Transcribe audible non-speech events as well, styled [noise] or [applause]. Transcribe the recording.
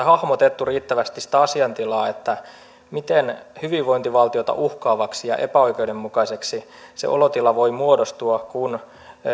[unintelligible] hahmotettu riittävästi sitä asiaintilaa miten hyvinvointivaltiota uhkaavaksi ja epäoikeudenmukaiseksi se olotila voi muodostua kun